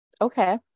Okay